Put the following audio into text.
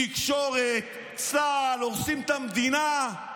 תקשורת, צה"ל, הורסים את המדינה,